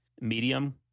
medium